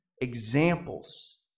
examples